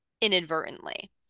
inadvertently